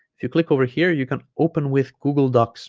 if you click over here you can open with google docs